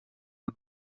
amb